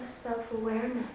self-awareness